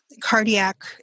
cardiac